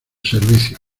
servicio